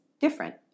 different